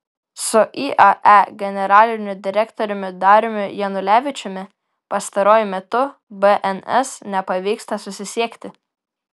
su iae generaliniu direktoriumi dariumi janulevičiumi pastaruoju metu bns nepavyksta susisiekti